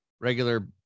regular